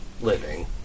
living